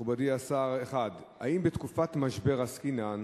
מכובדי השר: 1. אם בתקופת משבר עסקינן,